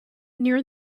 near